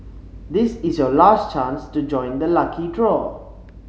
this is your last chance to join the lucky draw